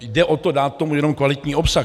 Jde o to, dát tomu jenom kvalitní obsah.